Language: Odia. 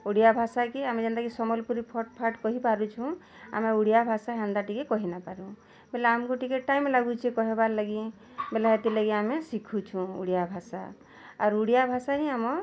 ଓଡ଼ିଆ ଭାଷା କେ ଆମେ ଯେମ୍ତା କି ସମ୍ୱଲପୁରୀ ଫଟ୍ଫାଟ୍ କହି ପାରୁଛୁଁ ଆମେ ଓଡ଼ିଆ ଭାଷା ସେନ୍ତା ଟିକେ କହି ନା ପାରୁ ବୋଲେ ଆମକୁ ଟିକେ ଟାଇମ୍ ଲାଗୁଛି କହିବାର୍ ଲାଗି ବୋଲେ ହେଥି ଲାଗି ଆମେ ଶିଖୁଛୁୁଁ ଓଡ଼ିଆ ଭାଷା ଆରୁ ଓଡ଼ିଆ ଭାଷା ହିଁ ଆମର୍